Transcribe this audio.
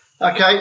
Okay